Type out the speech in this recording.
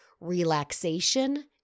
relaxation